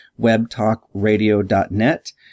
webtalkradio.net